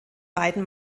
beiden